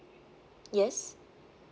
yes